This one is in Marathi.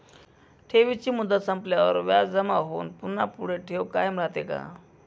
ठेवीची मुदत संपल्यावर व्याज जमा होऊन पुन्हा पुढे ठेव कायम राहते का?